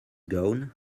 gone